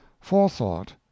forethought